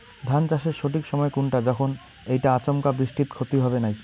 ধান চাষের সঠিক সময় কুনটা যখন এইটা আচমকা বৃষ্টিত ক্ষতি হবে নাই?